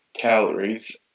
calories